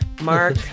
Mark